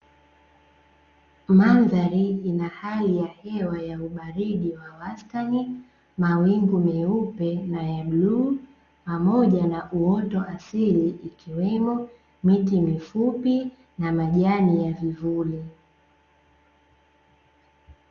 Mandhari ina hali ya hewa ya ubaridi wa wastani, mawingu meupe na ya bluu, pamoja na uoto wa asili ikiwemo miti mifupi na majani ya vivuli.